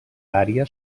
ària